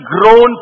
grown